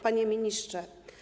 Panie Ministrze!